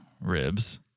ribs